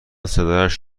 صدایش